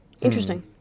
Interesting